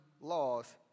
laws